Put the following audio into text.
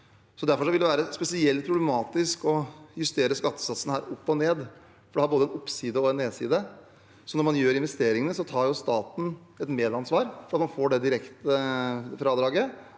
Derfor vil det være spesielt problematisk å justere skattesatsene opp og ned, for det har både en oppside og en nedside. Når man gjør investeringene, tar staten et medansvar for at man får det direktefradraget,